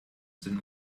sind